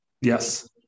Yes